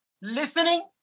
listening